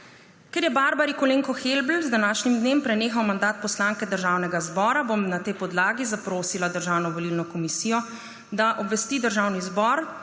Ker je Barbari Kolenko Helbl z današnjim dnem prenehal mandat poslanke Državnega zbora, bom na tej podlagi zaprosila Državno-volilno komisijo, da obvesti Državni zbor,